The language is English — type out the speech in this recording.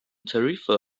tarifa